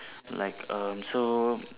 like um so